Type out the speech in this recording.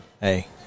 Hey